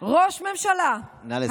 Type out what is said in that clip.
ראש ממשלה, נא לסיים.